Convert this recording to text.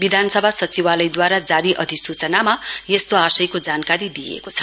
विधानसभा सचिवालयद्वारा जारी अधिसूचनामा यस्तो आशयको जानकारी दिइएको छ